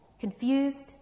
confused